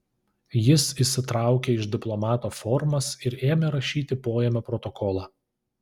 jis išsitraukė iš diplomato formas ir ėmė rašyti poėmio protokolą